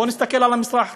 בואו נסתכל על המזרח התיכון.